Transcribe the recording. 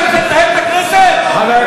לקצץ, מה אתה רוצה, יושב-ראש?